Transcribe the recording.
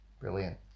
brilliant